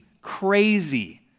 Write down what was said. crazy